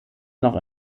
noch